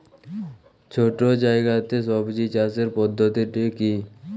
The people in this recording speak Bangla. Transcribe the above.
ছোট্ট জায়গাতে সবজি চাষের পদ্ধতিটি কী?